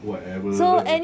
whatever